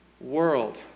world